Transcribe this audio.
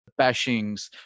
bashings